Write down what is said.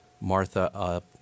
Martha